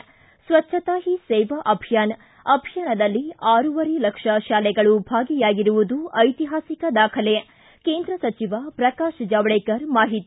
ಿ ಸ್ಥಳ್ಗತಾ ಹೀ ಸೇವಾ ಅಭಿಯಾನ ಅಭಿಯಾನದಲ್ಲಿ ಆರೂವರೆ ಲಕ್ಷ ಶಾಲೆಗಳು ಭಾಗಿಯಾಗಿರುವುದು ಐತಿಹಾಸಿಕ ದಾಖಲೆ ಕೇಂದ್ರ ಸಚಿವ ಪ್ರಕಾಶ್ ಜಾವಡೇಕರ್ ಮಾಹಿತಿ